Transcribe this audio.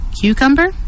cucumber